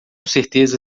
certeza